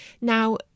Now